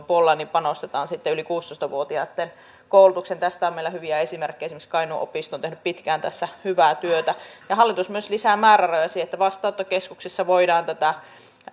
puolella panostetaan yli kuusitoista vuotiaitten koulutukseen tästä on meillä hyviä esimerkkejä esimerkiksi kainuun opisto on tehnyt pitkään tässä hyvää työtä ja hallitus myös lisää määrärahoja siihen että vastaanottokeskuksissa voidaan tätä